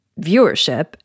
viewership